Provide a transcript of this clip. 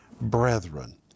brethren